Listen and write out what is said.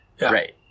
Right